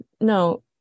no